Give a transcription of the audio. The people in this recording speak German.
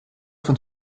von